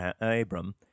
Abram